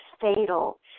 fatal